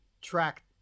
track